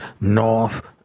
North